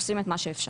עושים את מה שאפשר.